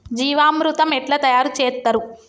జీవామృతం ఎట్లా తయారు చేత్తరు?